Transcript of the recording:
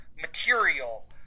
material